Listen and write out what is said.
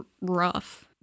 rough